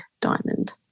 diamond